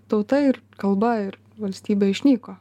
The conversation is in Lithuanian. tauta ir kalba ir valstybė išnyko